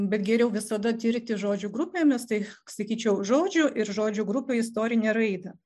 bet geriau visada tirti žodžių grupėmis tai sakyčiau žodžių ir žodžių grupę istorinę raidą